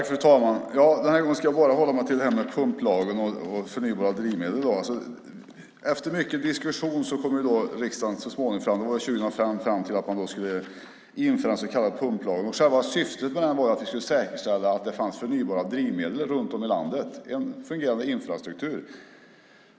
Fru talman! Den här gången ska jag bara hålla mig till det här med pumplagen och förnybara drivmedel. Efter mycket diskussion kom riksdagen 2005 så småningom fram till att man skulle införa en så kallad pumplag. Själva syftet med den var att vi skulle säkerställa att det fanns förnybara drivmedel runt om i landet och en fungerande infrastruktur.